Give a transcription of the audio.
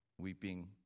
weeping